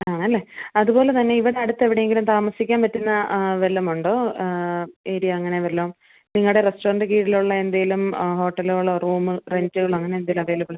ആണല്ലേ അതുപോലെ തന്നെ ഇവിടെ അടുത്ത് എവിടെയെങ്കിലും താമസിക്കാന് പറ്റുന്ന വല്ലതും ഉണ്ടോ ഏരിയ അങ്ങനെ വല്ലതും നിങ്ങളുടെ റെസ്റ്റോറൻറ്റ് കീഴിലുള്ള എന്തേലും ഹോട്ടലുകളോ റൂമ് റെൻറ്റുകളോ അങ്ങനെ എന്തേലും അവിലബിൾ ആണോ